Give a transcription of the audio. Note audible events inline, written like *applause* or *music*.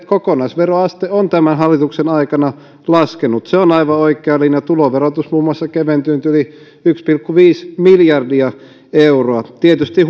että kokonaisveroaste on tämän hallituksen aikana laskenut se on aivan oikea linja tuloverotus muun muassa on keventynyt yli yksi pilkku viisi miljardia euroa tietysti *unintelligible*